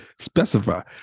specify